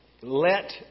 Let